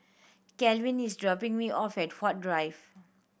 Calvin is dropping me off at Huat Drive